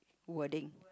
wording